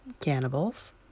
cannibals